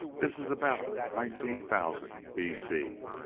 this is about nineteen thousand b c.